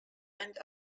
end